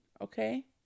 okay